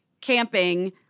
camping